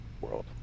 world